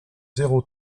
zéro